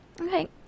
Okay